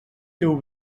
teu